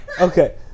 Okay